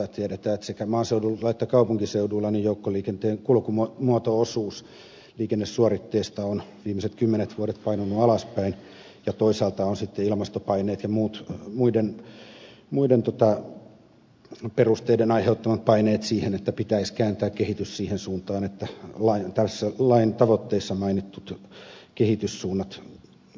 tiedetään että sekä maaseudulla että kaupunkiseuduilla joukkoliikenteen kulkumuoto osuus liikennesuoritteesta on viimeiset kymmenet vuodet painunut alaspäin ja toisaalta on sitten ilmastopaineet ja muiden perusteiden aiheuttamat paineet siihen että pitäisi kääntää kehitys siihen suuntaan että lain tavoitteissa mainitut kehityssuunnat toteutuisivat